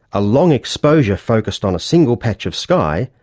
a long exposure focused on a single patch of sky,